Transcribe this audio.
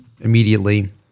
immediately